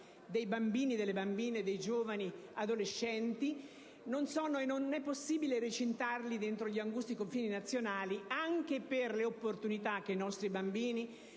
dei bambini e delle bambine e dei giovani adolescenti non è possibile recintarli dentro l'angusto perimetro nazionale anche per le opportunità che i nostri bambini